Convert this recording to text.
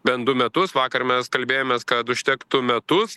bent du metus vakar mes kalbėjomės kad užtektų metus